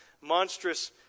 monstrous